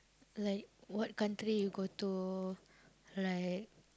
like what country you go to like